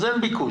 אז אין ביקוש.